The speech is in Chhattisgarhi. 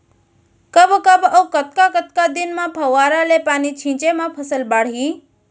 कब कब अऊ कतका कतका दिन म फव्वारा ले पानी छिंचे म फसल बाड़ही?